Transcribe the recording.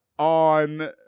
On